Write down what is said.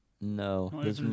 No